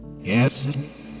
Yes